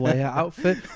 outfit